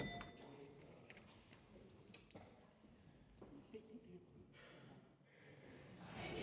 Tak